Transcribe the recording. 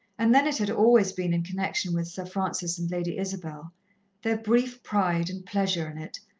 and then it had always been in connection with sir francis and lady isabel their brief pride and pleasure in it,